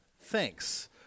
Thanks